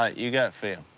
ah you got phil.